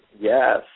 Yes